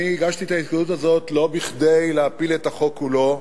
אני הגשתי את ההסתייגות הזאת לא כדי להפיל את החוק כולו.